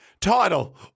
title